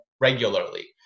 regularly